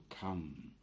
come